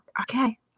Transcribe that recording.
okay